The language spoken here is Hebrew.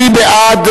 מי בעד,